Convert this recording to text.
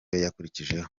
yakurikijeho